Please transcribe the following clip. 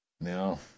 Now